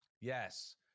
yes